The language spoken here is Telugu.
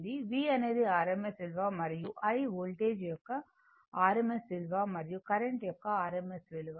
V అనేది rms విలువ మరియు I వోల్టేజ్ యొక్క rms విలువ మరియు కరెంట్ యొక్క rms విలువ